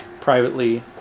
privately